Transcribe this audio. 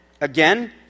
again